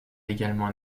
également